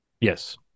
Yes